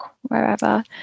wherever